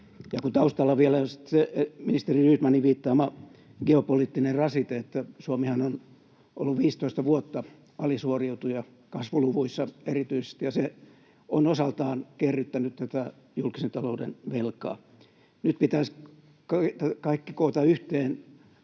taustalla on vielä se ministeri Rydmanin viittaama geopoliittinen rasite, että Suomihan on ollut 15 vuotta alisuoriutuja kasvuluvuissa erityisesti ja se on osaltaan kerryttänyt tätä julkisen talouden velkaa, niin nyt pitäisi kaikki koota yhteen